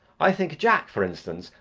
i think jack, for instance,